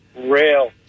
rail